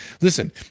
listen